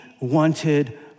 wanted